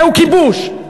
זהו כיבוש.